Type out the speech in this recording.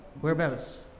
Whereabouts